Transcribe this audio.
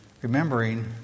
Remembering